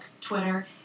Twitter